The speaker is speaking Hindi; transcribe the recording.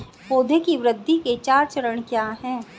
पौधे की वृद्धि के चार चरण क्या हैं?